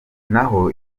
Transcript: naho